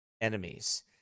enemies